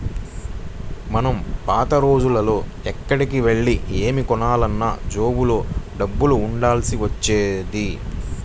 మనం పాత రోజుల్లో ఎక్కడికెళ్ళి ఏమి కొనాలన్నా జేబులో డబ్బులు ఉండాల్సి వచ్చేది